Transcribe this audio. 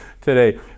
today